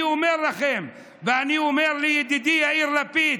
אני אומר לכם ואני אומר לידידי יאיר לפיד: